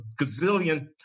gazillion